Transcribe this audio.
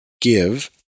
give